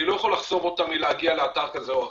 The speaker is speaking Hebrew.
אני לא יכול לחסום אותם מלהגיע לאתר כזה או אחר,